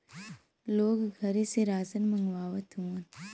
लोग घरे से रासन मंगवावत हउवन